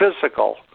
physical